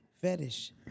Fetish